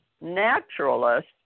naturalist